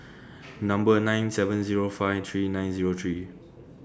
Number nine seven Zero five three nine Zero three